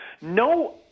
No